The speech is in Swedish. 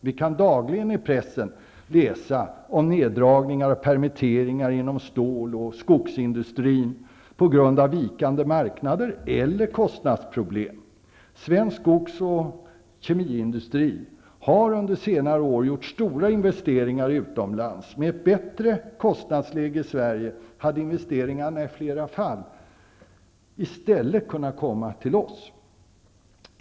Vi kan dagligen i pressen läsa om neddragningar och permitteringar inom stål och skogsindustrin på grund av vikande marknader eller kostnadsproblem. Svensk skogs och kemiindustri har under senare år gjort stora investeringar utomlands. Med ett bättre kostnadsläge i Sverige hade utländska investeringar i flera fall i stället kunnat göras hos oss.